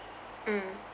mm